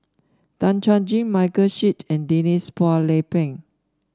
Tan Chuan Jin Michael Seet and Denise Phua Lay Peng